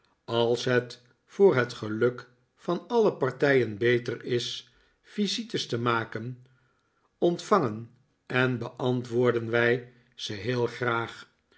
als net voor het geluk van alle partijen beter is visites te maken ontvangen en beantwoorden wij ze heel graag